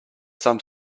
some